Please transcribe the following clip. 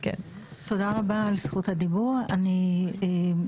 תודה רבה על זכות הדיבור, אני מקשיבה